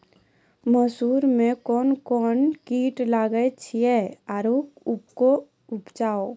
मसूर मे कोन कोन कीट लागेय छैय आरु उकरो उपाय?